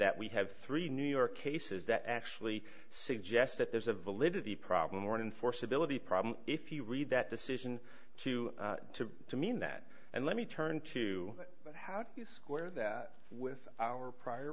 that we have three new york cases that actually suggest that there's a validity problem or enforceability problem if you read that decision to to to mean that and let me turn to how do you square that with our prior